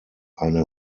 eine